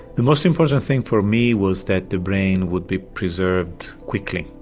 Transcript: the most important thing for me was that the brain would be preserved quickly,